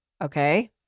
Okay